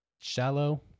Shallow